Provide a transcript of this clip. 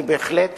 אני בהחלט